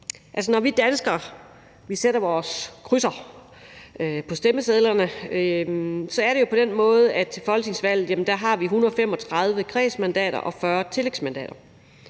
Når vi danskere sætter vores krydser på stemmesedlerne, så foregår det jo på den måde, atvi til folketingsvalget har 135 kredsmandater og 40 tillægsmandater,